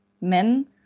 men